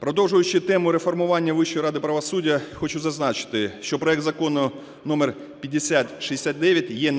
Продовжуючи тему реформування Вищої ради правосуддя, хочу зазначити, що проект Закону № 5069 є